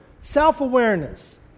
Self-awareness